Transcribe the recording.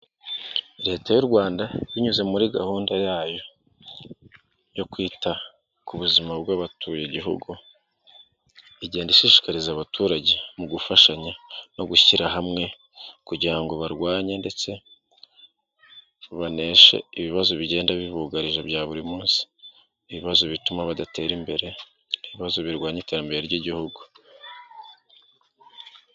Leta y'u Rwanda binyuze muri gahunda yayo yo kwita ku buzima bw'abatuye igihugu, igenda ishishikariza abaturage mu gufashanya no gushyira hamwe, kugira ngo barwanye ndetse baneshe ibibazo bigenda bibugaririra bya buri munsi, ibibazo bituma badatera imbere, ibibazo birwanya iterambere ry'igihugu.